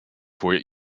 voor